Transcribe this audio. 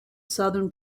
southern